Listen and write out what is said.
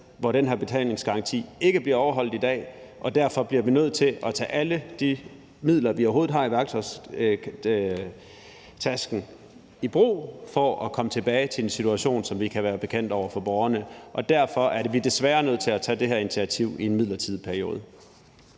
hvor den her behandlingsgaranti ikke bliver overholdt i dag, og derfor bliver vi nødt til at tage alle de midler, vi overhovedet har i værktøjskassen, i brug for at komme tilbage til en situation, som vi kan være bekendt over for borgerne, og derfor er vi desværre nødt til at tage det her initiativ i en midlertidig periode.